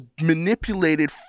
manipulated